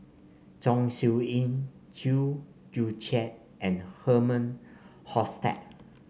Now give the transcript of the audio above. Chong Siew Ying Chew Joo Chiat and Herman Hochstadt